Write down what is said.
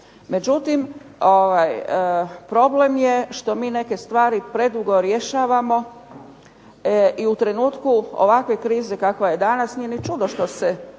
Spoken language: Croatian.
Međutim, problem je što mi neke stvari predugo rješavamo i u trenutku ovakve krize kakva je danas nije ni čudo što se